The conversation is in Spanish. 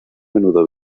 menudo